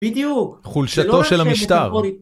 בדיוק! חולשתו של המשטר!